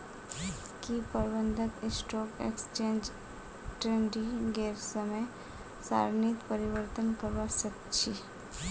की प्रबंधक stock exchange ट्रेडिंगेर समय सारणीत परिवर्तन करवा सके छी